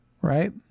right